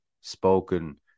spoken